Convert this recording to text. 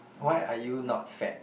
why are you not fat